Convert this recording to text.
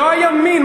לא הימין,